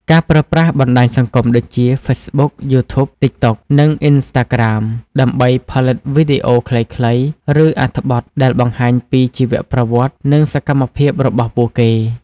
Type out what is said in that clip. ការប្រើប្រាស់បណ្ដាញសង្គមដូចជា ហ្វេសប៊ុក យូធូប ទីកតុក និងអុីនស្រ្តាក្រាម ដើម្បីផលិតវីដេអូខ្លីៗ ឬអត្ថបទដែលបង្ហាញពីជីវប្រវត្តិ និងសកម្មភាពរបស់ពួកគេ។